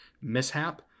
mishap